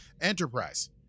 Enterprise